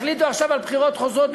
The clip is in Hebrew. החליטו עכשיו על בחירות חוזרות.